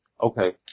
okay